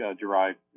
derived